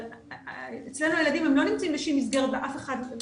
אצלנו הילדים הם לא בחלל ריק.